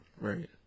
Right